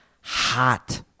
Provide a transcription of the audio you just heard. hot